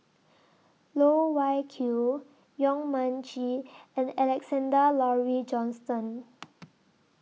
Loh Wai Kiew Yong Mun Chee and Alexander Laurie Johnston